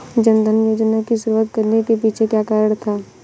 जन धन योजना की शुरुआत करने के पीछे क्या कारण था?